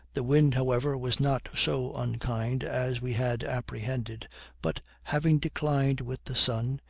the wind however was not so unkind as we had apprehended but, having declined with the sun,